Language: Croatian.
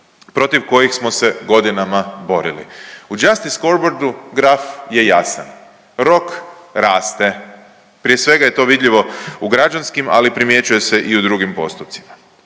protiv kojih smo se godinama borili. U Justice Scoreboardu graf je jasan, rok raste. Prije svega je to vidljivo u građanskim ali primjećuje se i u drugim postupcima.